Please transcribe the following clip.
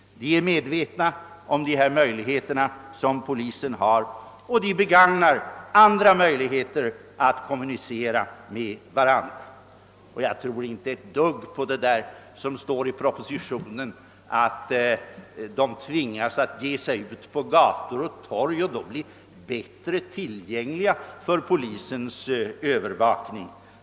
De är medvetna om de möjligheter som polisen har, och de begagnar därför andra medel för att kommunicera med varandra. då Jag tror inte ett dugg på det som står i propositionen om att de tvingats att ge sig ut på gator och torg, varigenom de lättare blir tillgängliga för polisens övervakning.